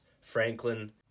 Franklin